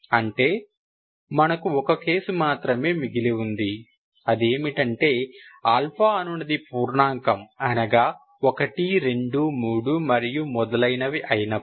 అంటే మనకు ఒక కేసు మాత్రమే మిగిలి ఉంది అది ఏమిటంటే అనునది పూర్ణాంకం అనగా 1 2 3 మరియు మొదలైనవి అయినప్పుడు